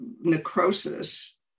necrosis